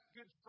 Good